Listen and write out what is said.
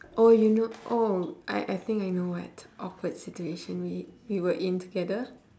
oh you know oh I I think I know what awkward situation we we were in together